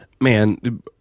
man